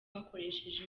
bakoresheje